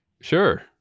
Sure